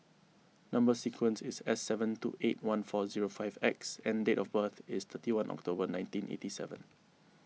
Number Sequence is S seven two eight one four zero five X and date of birth is thirty one October nineteen eighty seven